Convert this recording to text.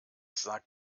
sagt